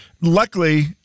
Luckily